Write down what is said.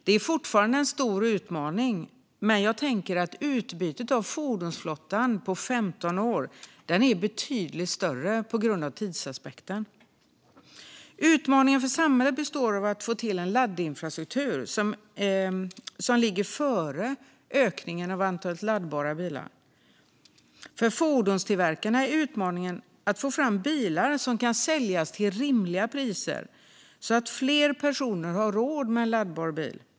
Det är fortfarande en stor utmaning. Men jag tänker att utbytet av fordonsflottan på 15 år är betydligt större på grund av tidsaspekten. Utmaningen för samhället består av att få till en laddinfrastruktur som ligger före ökningen av antalet laddbara bilar. För fordonstillverkarna är utmaningen att få fram bilar som kan säljas till rimliga priser, så att fler personer har råd med en laddbar bil.